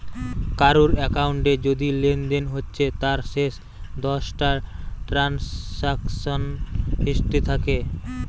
কারুর একাউন্টে যদি লেনদেন হচ্ছে তার শেষ দশটা ট্রানসাকশান হিস্ট্রি থাকে